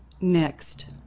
next